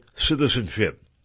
citizenship